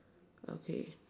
okay